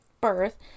birth